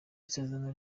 isezerano